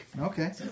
Okay